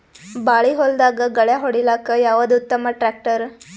ಬಾಳಿ ಹೊಲದಾಗ ಗಳ್ಯಾ ಹೊಡಿಲಾಕ್ಕ ಯಾವದ ಉತ್ತಮ ಟ್ಯಾಕ್ಟರ್?